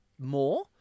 more